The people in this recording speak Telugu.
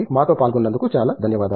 మాతో పాల్గొనందుకు చాలా ధన్యవాదాలు